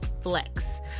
Flex